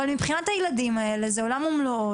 אבל מבחינת הילדים האלה זה עולם ומלואו,